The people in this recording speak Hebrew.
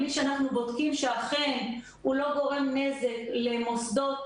בלי שאנחנו בודקים שאכן הוא לא גורם נזק למוסדות